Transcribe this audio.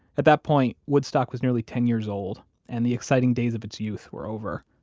at that point, woodstock was nearly ten years old and the exciting days of its youth were over.